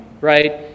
right